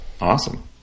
Awesome